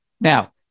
Now